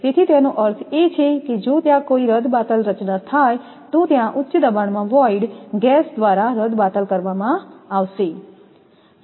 તેથી તેનો અર્થ એ છે કે જો ત્યાં કોઈ રદબાતલ રચના થાય છે તો ત્યાં ઉચ્ચ દબાણમાં વોઈડ ગેસ દ્વારા રદબાતલ કરવામાં આવશે